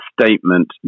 statement